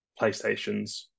playstations